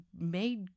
made